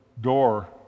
door